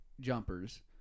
jumpers